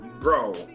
bro